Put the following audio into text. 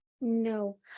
no